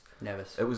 Nervous